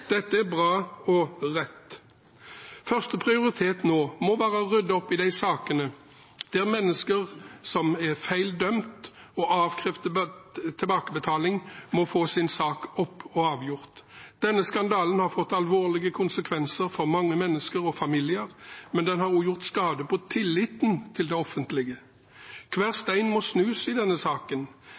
Dette er bra og rett. Førsteprioritet nå må være å rydde opp i de sakene der mennesker som er feil dømt og avkrevd tilbakebetaling, må få sin sak opp- og avgjort. Denne skandalen har fått alvorlige konsekvenser for mange mennesker og familier, men den har også gjort skade på tilliten til det offentlige. Hver stein må snus i denne saken.